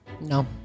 No